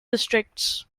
districts